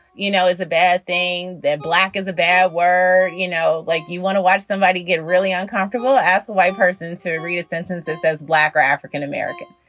you know, is a bad thing. that black is a bad word. you know, like you want to watch somebody get really uncomfortable as a white person. to read a sentence that says black or african-american,